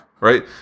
right